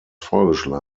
vorgeschlagen